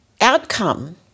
outcome